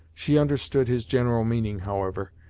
she understood his general meaning, however,